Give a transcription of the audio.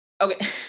okay